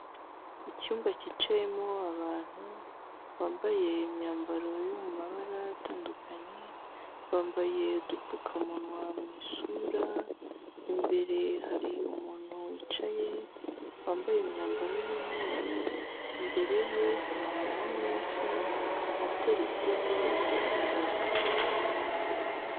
Icyumba cyicayemo abantu, bambaye imyambaro yo mabara atandukanye, bambaye udupfukamunwa mu isura, imbere hari umuntu wicaye, wambaye imyambaro y'umweru, imbere ye hari ameza ateretseho impapuro.